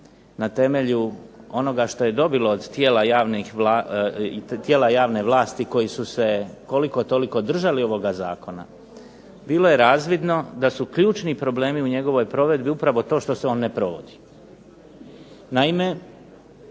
na temelju onoga što je dobilo od tijela javne vlasti koji su se koliko toliko držali ovoga zakona bilo je razvidno da su ključni problemi u njegovoj provedbi upravo to što se on ne provodi.